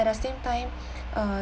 at the same time uh